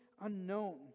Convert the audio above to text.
unknown